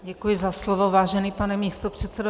Děkuji za slovo, vážený pane místopředsedo.